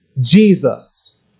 Jesus